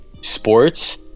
sports